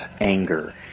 anger